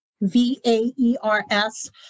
V-A-E-R-S